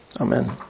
Amen